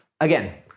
Again